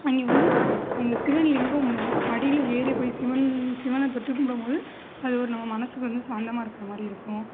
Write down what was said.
அங்கே வந்து அங்கே சிவன் லிங்கம் மா படியில் ஏறி போயி சிவன் சிவன தொட்டு கும்பிடும்போது அது ஒரு நம்ம மனதுக்கு வந்து சாந்தமாக இருக்கிற மாதிரி இருக்கும்